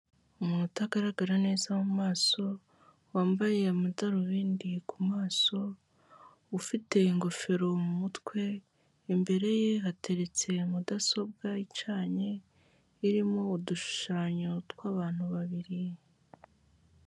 Umuntu utagaragara neza mu maso wambaye amadarubindi ku maso, ufite ingofero mu mutwe imbere ye hateretse mudasobwa icanye, irimo udushushanyo tw'abantu babiri.